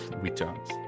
returns